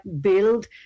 build